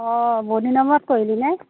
অ বহুত দিনৰ মূৰত কৰিলিনে